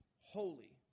Holy